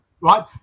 right